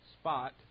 spot